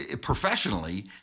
Professionally